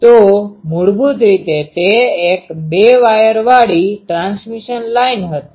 તો મૂળભૂત રીતે તે એક બે વાયર વાળી ટ્રાન્સમિશન લાઇન હતી